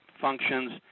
functions